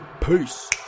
Peace